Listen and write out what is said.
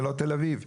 זה לא תל אביב.